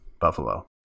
Buffalo